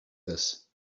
this